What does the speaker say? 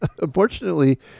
unfortunately